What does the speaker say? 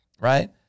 right